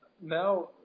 now